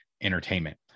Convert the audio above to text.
entertainment